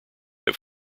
have